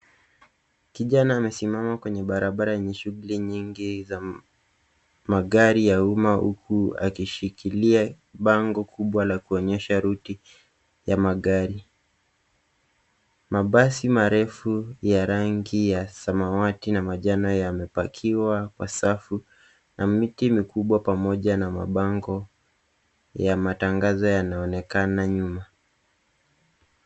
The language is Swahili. Kijana amesimama kwenye barabara yenye shughuli nyingi za magari ya umma huku akishikilia bango kubwa la kuonyesha ruti za magari. Mabasi marefu ya rangi ya samawati na manjano yamepakiwa kwenye safu na miti mikubwa pamoja na mabango ya matangazo yanaonekana nyuma.